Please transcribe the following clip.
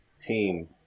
team